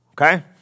Okay